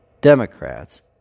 Democrats